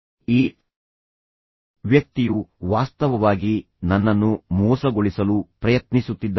ಈ ವ್ಯಕ್ತಿಯು ವಾಸ್ತವವಾಗಿ ನನ್ನನ್ನು ಮೋಸಗೊಳಿಸಲು ಪ್ರಯತ್ನಿಸುತ್ತಿದ್ದಾನೆ